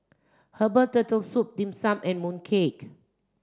herbal turtle soup dim sum and mooncake